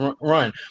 run